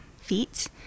feet